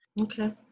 Okay